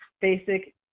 basic